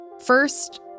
First